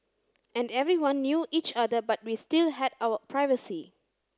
and everyone knew each other but we still had our privacy